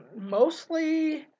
Mostly